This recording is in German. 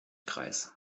kreis